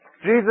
Jesus